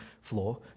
floor